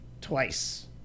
twice